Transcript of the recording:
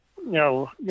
No